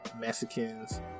Mexicans